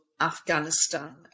Afghanistan